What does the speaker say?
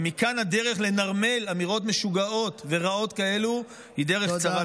ומכאן הדרך לנרמל אמירות משוגעות ורעות כאלו היא דרך קצרה,